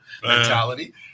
mentality